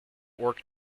orc